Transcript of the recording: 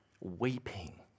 weeping